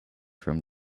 from